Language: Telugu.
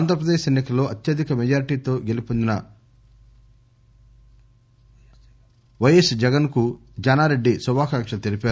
ఆంధ్రప్రదేశ్ ఎన్ని కల్లో అత్యధిక మెజార్టీతో గెలుపొందిన జగన్కు జానారెడ్డి శుభాకాంక్షలు తెలిపారు